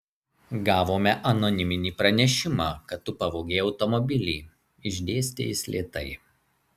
gavome anoniminį pranešimą kad tu pavogei automobilį išdėstė jis lėtai